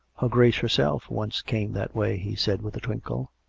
her grace herself once came that way, he said with a twinkle.